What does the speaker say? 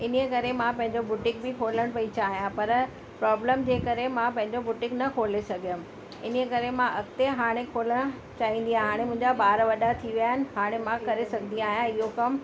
इन ई करे मां पंहिंजो बुटीक बि खोलणु पई चाहियां पर प्रॉब्लम जे करे मां पंहिंजो बुटीक न खोले सघियमि इन ई करे मां अॻिते हाणे खोलणु चाहींदी आं हाणे मुंहिंजा ॿार वॾा थी विया आहिनि हाणे मां करे सघंदी आहियां इहो कमु